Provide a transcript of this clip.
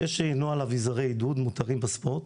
יש נוהל אביזרי עידוד מותרים בספורט,